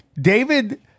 David